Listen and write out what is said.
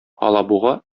алабуга